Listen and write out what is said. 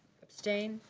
abstained?